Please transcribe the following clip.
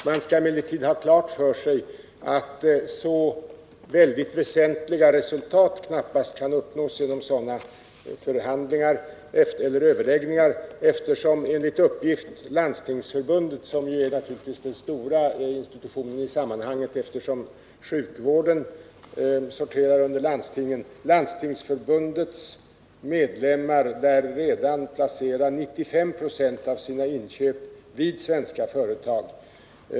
Man skall emellertid ha klart för sig att några väsentliga resultat knappast kan uppnås genom sådana överläggningar, då Landstingsförbundets medlemmar — och Landstingsförbundet är naturligtvis den stora institutionen i sammanhanget, eftersom sjukvården sorterar under landstingen — redan placerat 95 96 av sina inköp vid svenska företag.